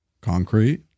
Concrete